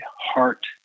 heart